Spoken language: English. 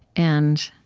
and